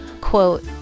quote